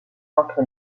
entre